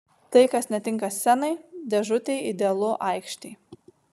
tai kas netinka scenai dėžutei idealu aikštei